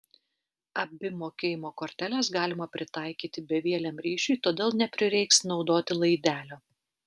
abi mokėjimo korteles galima pritaikyti bevieliam ryšiui todėl neprireiks naudoti laidelio